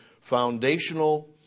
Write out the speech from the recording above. foundational